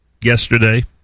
yesterday